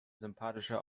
sympathische